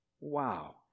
Wow